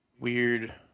Weird